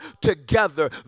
together